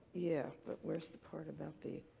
yeah. but where's the part about the